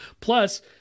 Plus